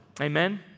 Amen